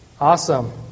Awesome